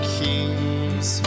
kings